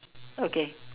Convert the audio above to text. okay